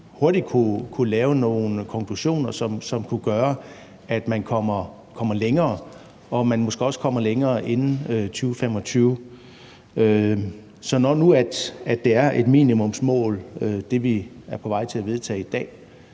hurtigt kunne drage nogle konklusioner, som kunne gøre, at man kommer længere, og at man måske også kommer længere inden 2025. Så når nu det, vi er på vej til at vedtage i dag,